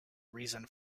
reason